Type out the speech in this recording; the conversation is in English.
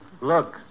Look